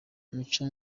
mucyo